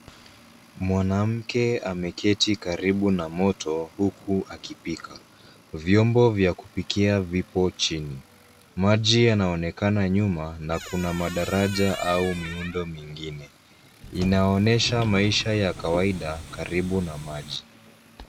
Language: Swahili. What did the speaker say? Mwanamke ameketi karibu na moto huku akipika viombo vya kupikia vipo chini maji yanaonekana nyuma na kuna madaraja au miundo mingine inaonesha maisha ya kawaida karibu na maji.